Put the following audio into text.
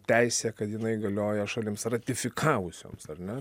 teisė kad jinai galioja šalims ratifikavusioms ar ne